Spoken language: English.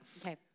Okay